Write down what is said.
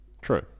true